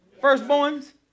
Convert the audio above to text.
Firstborns